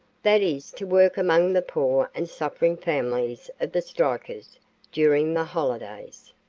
that is, to work among the poor and suffering families of the strikers during the holidays.